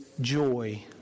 joy